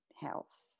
health